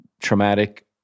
traumatic